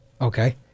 Okay